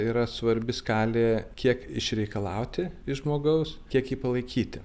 yra svarbi skalė kiek išreikalauti iš žmogaus kiek jį palaikyti